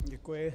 Děkuji.